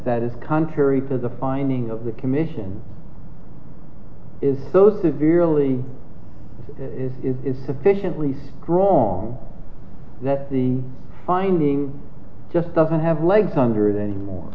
that is contrary to the finding of the commission is both severely is it is sufficiently strong that the finding just doesn't have legs under that anymore